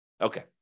Okay